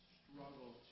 struggle